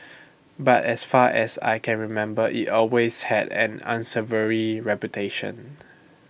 but as far as I can remember IT always had an unsavoury reputation